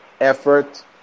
effort